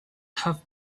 have